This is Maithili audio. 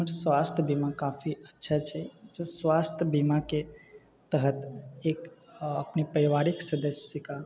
हमर स्वास्थ्य बीमा काफी अच्छा छै स्वास्थ्य बीमाके तहत एक अपने पारिवारिक सदस्य का